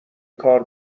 کار